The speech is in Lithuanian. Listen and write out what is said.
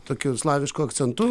tokiu slavišku akcentu